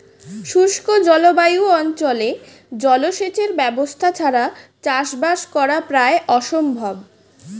শুষ্ক জলবায়ু অঞ্চলে জলসেচের ব্যবস্থা ছাড়া চাষবাস করা প্রায় অসম্ভব